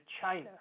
China